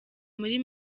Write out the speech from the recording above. muri